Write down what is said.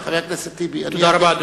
חבר הכנסת בר-און,